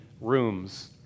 rooms